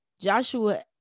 Joshua